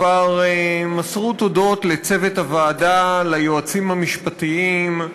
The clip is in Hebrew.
כבר מסרו תודות לצוות הוועדה, ליועצים המשפטיים,